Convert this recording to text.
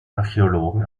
archäologen